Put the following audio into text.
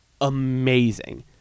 amazing